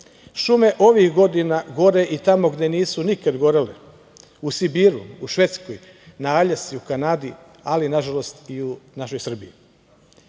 Šume ovih godina gore i tamo gde nisu nikada gorele, u Sibiru, u Švedskoj, na Aljasci, u Kanadi, ali nažalost, i u našoj Srbiji. Evo